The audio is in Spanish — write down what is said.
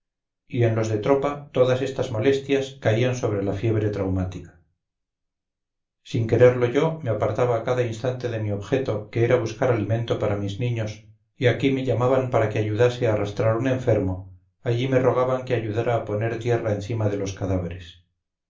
y en los de tropa todas estas molestias caían sobre la fiebre traumática sin quererlo yo me apartaba a cada instante de mi objeto que era buscar alimento para mis niños y aquí me llamaban para que ayudasen a arrastrar un enfermo allí me rogaban que ayudara a poner tierra encima de los cadáveres